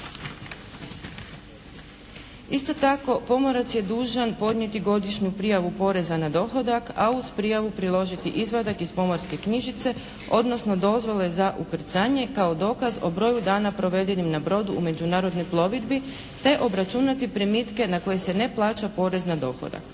Isto tako pomorac je dužan podnijeti godišnju prijavu poreza na dohodak, a uz prijavu priložiti izvadak iz Pomorske knjižice odnosno dozvole za ukrcanje kao dokaz o broju dana provedenim na brodu u međunarodnoj plovidbi, te obračunati primitke na koji se ne plaća porez na dohodak.